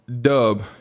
Dub